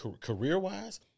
career-wise